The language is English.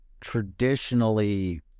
traditionally